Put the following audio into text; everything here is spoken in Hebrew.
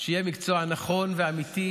שיהיה מקצוע נכון ואמיתי,